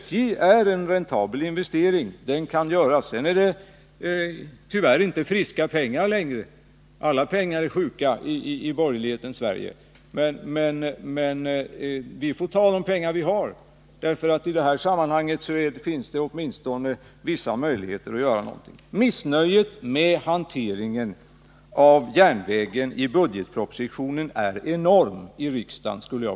SJ är en räntabel investering. Tyvärr är det inte friska pengar längre, eftersom alla pengar är sjuka i borgerlighetens Sverige. Vi får ta de pengar vi har. I detta sammanhang finns det åtminstone vissa möjligheter att göra någonting. Jag skulle vilja säga att missnöjet i riksdagen med hanteringen av järnvägen i budgetpropositionen är enormt och sensationellt.